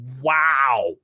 wow